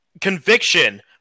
conviction